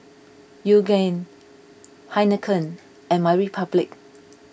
Yoogane Heinekein and My Republic